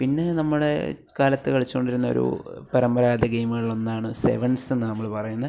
പിന്നെ നമ്മളെ കാലത്ത് കളിച്ചു കൊണ്ടിരുന്ന ഒരു പരമ്പരാഗത ഗെയിമുകളിൽ ഒന്നാണ് സെവൻസ് എന്ന് നമ്മൾ പറയുന്നത്